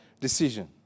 decision